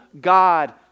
God